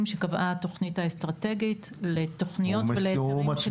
שקבעה התוכנית האסטרטגית לתוכניות ולהיתרים של